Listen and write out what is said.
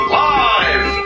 live